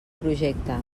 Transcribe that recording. projecte